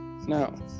no